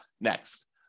next